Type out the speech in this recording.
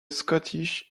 scottish